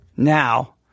Now